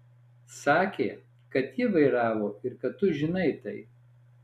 sakė kad jį vairavo ir kad tu žinai tai